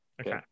Okay